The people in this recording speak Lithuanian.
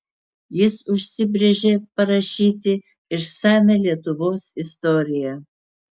jis užsibrėžė parašyti išsamią lietuvos istoriją